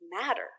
matter